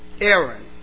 Aaron